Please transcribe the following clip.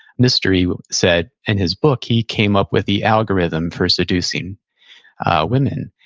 mystery said in his book, he came up with the algorithm for seducing women.